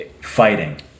fighting